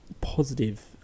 positive